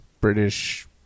British